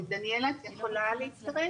דניאלה, את יכולה להצטרף?